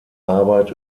arbeit